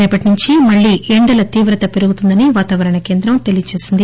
రేపటి నుంచి మళ్లీ ఎండల తీవత పెరుగుతుందని వాతావరణ కేంద్రం తెలిపింది